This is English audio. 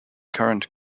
current